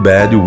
Bad